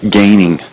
gaining